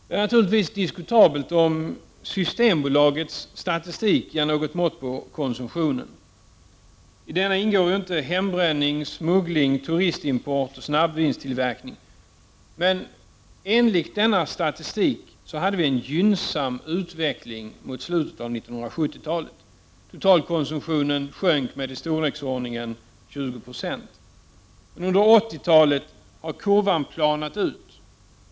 Det är naturligtvis diskutabelt om Systembolagets statistik ger något mått på konsumtionen. I denna ingår ju inte hembränning, smuggling, turistimport och snabbvinstillverkning. Men enligt denna statistik hade vi en gynnsam utveckling mot slutet av 1970-talet. Totalkonsumtionen sjönk med i storleksordningen 20 96. Under 80-talet har kurvan planat ut.